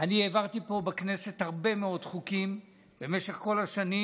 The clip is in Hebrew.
אני העברתי פה בכנסת הרבה מאוד חוקים במשך כל השנים,